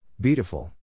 Beautiful